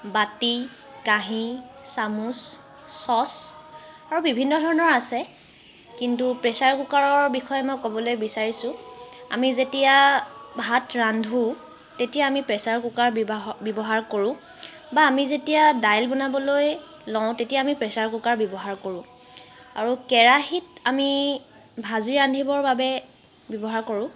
বাটি কাঁহী চামুচ চ'চ আৰু বিভিন্ন ধৰণৰ আছে কিন্তু প্ৰেছাৰ কুকাৰৰ বিষয়ে মই ক'বলৈ বিচাৰিছো আমি যেতিয়া ভাত ৰান্ধো তেতিয়া আমি প্ৰেছাৰ কুকাৰ ব্যৱ ব্যৱহাৰ কৰোঁ বা আমি যেতিয়া দাইল বনাবলৈ লওঁ তেতিয়া আমি প্ৰেছাৰ কুকাৰ ব্যৱহাৰ কৰোঁ আৰু কেৰাহিক আমি ভাজি ৰান্ধিবৰ বাবে ব্যৱহাৰ কৰোঁ